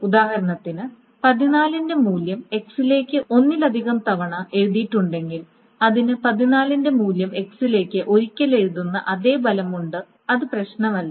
ഉദാഹരണത്തിൽ 14 ന്റെ മൂല്യം x ലേക്ക് ഒന്നിലധികം തവണ എഴുതിയിട്ടുണ്ടെങ്കിൽ അതിന് 14ന്റെ മൂല്യം x ലേക്ക് ഒരിക്കൽ എഴുതുന്ന അതേ ഫലമുണ്ട് ഫലമാണ് അത് പ്രശ്നമല്ല